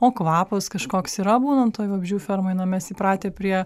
o kvapas kažkoks yra būnant toj vabzdžių fermoj na mes įpratę prie